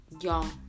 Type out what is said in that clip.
Y'all